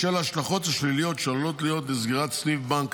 בשל ההשלכות השליליות שעלולות להיות לסגירת סניף בנק